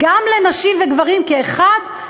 לנשים וגברים כאחד,